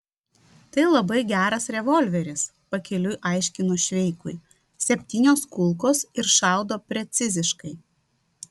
tai labai geras revolveris pakeliui aiškino šveikui septynios kulkos ir šaudo preciziškai